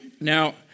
Now